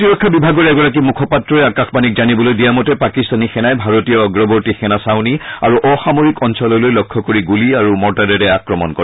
প্ৰতিৰক্ষা বিভাগৰ এগৰাকী মুখপাত্ৰই আকাশবাণীক জানিবলৈ দিয়া মতে পাকিস্তানী সেনাই ভাৰতীয় অগ্ৰৱৰ্তী সেনা ছাউনী আৰু অসামৰিক অঞ্চললৈ লক্ষ্য কৰি গুলী আৰু মৰ্টাৰেৰে আক্ৰমণ কৰে